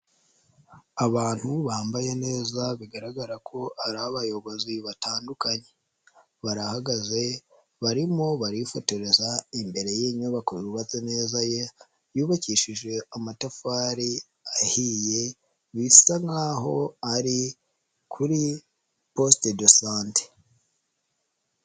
Abantu bambaye neza bigaragara ko ari abayobozi batandukanye, barahagaze barimo barifotoreza imbere y'inyubako yubatse neza yubakishije amatafari ahiye bisa nkaho ari kuri poste de sante.